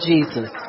Jesus